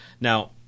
Now